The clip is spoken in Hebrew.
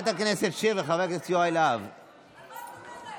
על מה את מדברת?